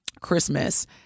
Christmas